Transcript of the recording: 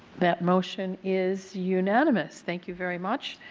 that motion is unanimous. thank you very much.